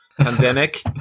pandemic